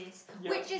ya